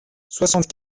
soixante